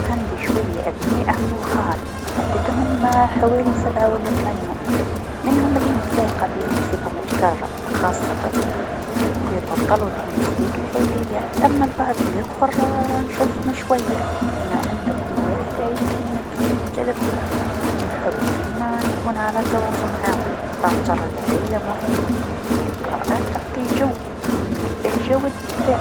عندي شويه أبناء عم و خال، عددهم خوالي سبعه و لا ثمنيه منهم لنتلاقى بيهم بصفه متتكرره خاصة في العطل و المناسبات العايليه، أما بعض لاخر نشوفهم شويا بما أن كل واحد عايش في مكان مختلف، نحب ديما نكون على تواصل معاهم خاطر العايله مهمه و لقاءات تعطي جو من البهجه و الدفاء.